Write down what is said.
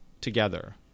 together